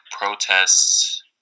protests